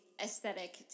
aesthetic